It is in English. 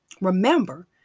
Remember